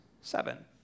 seven